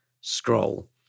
scroll